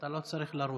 אתה לא צריך לרוץ.